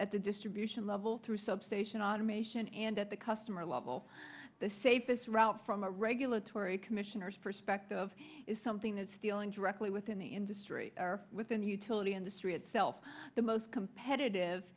at the distribution level through substation automation and at the customer level the safest route from a regulatory commissioner's perspective is something that's dealing directly in the industry within the utility industry itself the most competitive